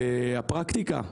הפרקטיקה,